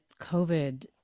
COVID